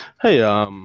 Hey